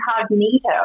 incognito